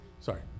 Sorry